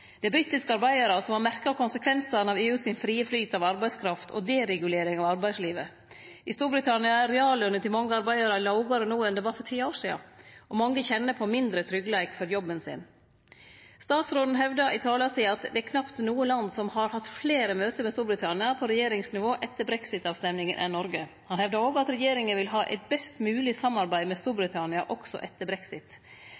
Det er britiske arbeidarar som har merka konsekvensane av EUs frie flyt av arbeidskraft og deregulering av arbeidslivet. I Storbritannia er realløna til mange arbeidarar lågare no enn ho var for ti år sidan, og mange kjenner på mindre tryggleik for jobben sin. Statsråden hevda i tala si at det er «knapt noe land som har hatt flere møter med Storbritannia på regjeringsnivå etter brexit-avstemningen enn Norge.» Han hevda òg at regjeringa «vil ha et best mulig samarbeid med